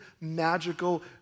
magical